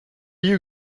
you